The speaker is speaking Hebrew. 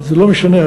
לא משנה,